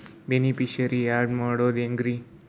Beneficiary, add ಮಾಡೋದು ಹೆಂಗ್ರಿ?